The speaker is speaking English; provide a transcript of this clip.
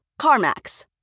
CarMax